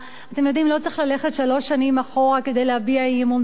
לא צריך ללכת שלוש שנים אחורה כדי להביע אי-אמון בממשלה,